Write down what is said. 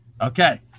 Okay